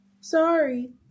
Sorry